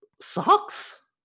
socks